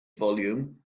volume